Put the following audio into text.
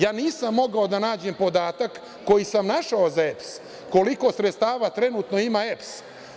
Ja nisam mogao da nađem podatak koji sam našao za EPS koliko sredstava trenutno ima EPS.